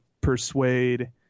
persuade